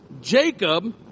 Jacob